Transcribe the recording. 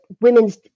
women's